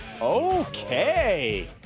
Okay